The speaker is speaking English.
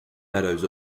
meadows